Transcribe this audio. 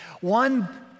One